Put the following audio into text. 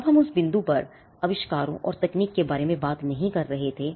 अब उस बिंदु पर हम आविष्कारों और तकनीक के बारे में बात नहीं कर रहे थे